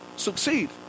succeed